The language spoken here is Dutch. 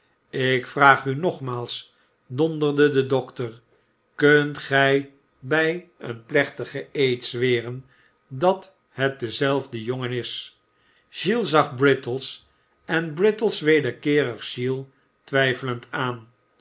ik vraag u nogmaals donderde de dokter kunt gij bij een plechtigen eed zweren dat het dezelfde jongen is giles zag brittles en brittles wederkeerig giles twijfelend aan